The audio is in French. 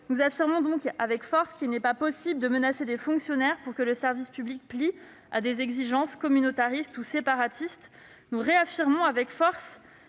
Nous affirmons avec force qu'il n'est pas possible de menacer des fonctionnaires pour que le service public se plie à des exigences communautaristes ou séparatistes. Nous réaffirmons avec force